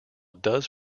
does